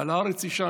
"ועל הארץ תישן,